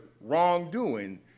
wrongdoing